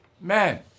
men